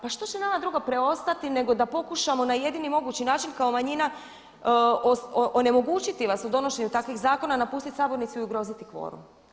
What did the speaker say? Pa što će nama drugo preostati nego da pokušamo na jedini mogući način kao manjina onemogućiti vas u donošenju takvih zakona, napustiti sabornicu i ugroziti kvorum?